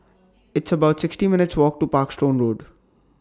It's about sixty minutes' Walk to Parkstone Road